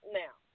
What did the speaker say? now